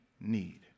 need